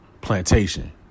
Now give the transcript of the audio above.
plantation